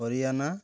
Haryana